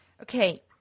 Okay